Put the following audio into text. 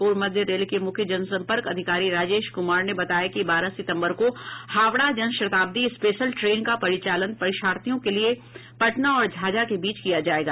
पूर्व मध्य रेल के मुख्य जनसंपर्क अधिकारी राजेश कृमार ने बताया कि बारह सितंबर को हावड़ा जनशताब्दी स्पेशल ट्रेन का परिचालन परीक्षार्थियों के लिए पटना और झाझा के बीच किया जायेगा